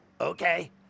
Okay